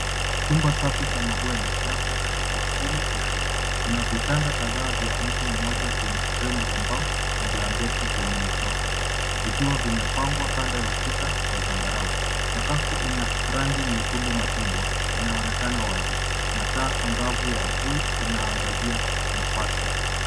Chumba safi cha mabweni, labda katika hosteli au shule, kuna vitanda kadhaa vya mtu mmoja vyenye fremu za mbao na blanketi zenye michoro, vikiwa vimepangwa kando ya ukuta wa zambarau. Sakafu ina rangi nyekundu machungwa inaonekana wazi, na taa angavu ya juu inaangazia nafasi.